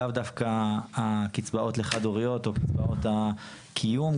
לאו דווקא הקצבאות לחד הוריות או קצבאות הקיום,